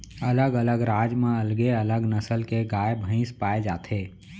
अलग अलग राज म अलगे अलग नसल के गाय भईंस पाए जाथे